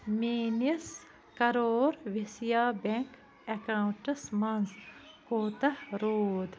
میٛٲنِس کَرور وِسیا بیٚنٛک ایٚکاونٹَس منٛز کوٗتاہ روٗد